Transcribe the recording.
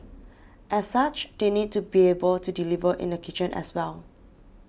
as such they need to be able to deliver in the kitchen as well